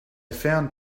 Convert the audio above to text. found